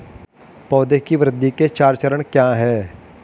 पौधे की वृद्धि के चार चरण क्या हैं?